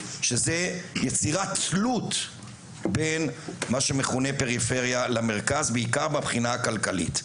שזה יצירת תלות בין מה שמכונה פריפריה למרכז בעיקר מהבחינה הכלכלית,